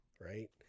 right